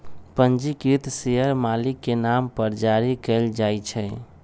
पंजीकृत शेयर मालिक के नाम पर जारी कयल जाइ छै